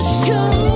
show